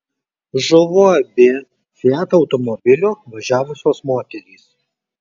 žuvo abi fiat automobiliu važiavusios moterys